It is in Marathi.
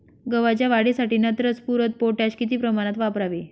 गव्हाच्या वाढीसाठी नत्र, स्फुरद, पोटॅश किती प्रमाणात वापरावे?